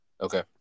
Okay